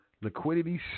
liquidity